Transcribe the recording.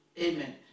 Amen